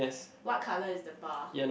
what colour is the bar